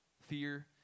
Fear